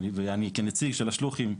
כנציג של השלוחים,